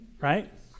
right